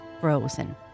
frozen